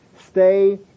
Stay